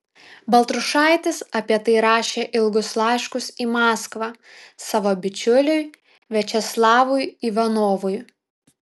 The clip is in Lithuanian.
baltrušaitis apie tai rašė ilgus laiškus į maskvą savo bičiuliui viačeslavui ivanovui